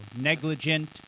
negligent